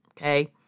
okay